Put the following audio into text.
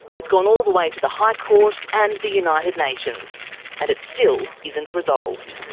it's gone all the way to the high court and the united nations and it still isn't resolved.